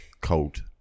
Cold